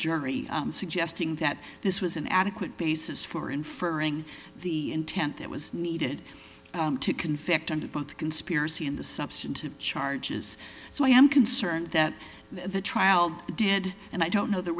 jury i'm suggesting that this was an adequate basis for inferring the intent that was needed to convict under both conspiracy in the substantive charges so i am concerned that the trial did and i don't know the